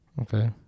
Okay